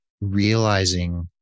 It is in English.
realizing